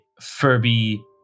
Furby